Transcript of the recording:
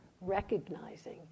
recognizing